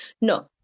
No